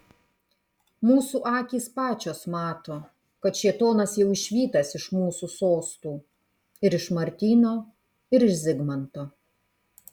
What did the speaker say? mūsų akys pačios mato kad šėtonas jau išvytas iš mūsų sostų ir iš martyno ir iš zigmanto